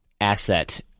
asset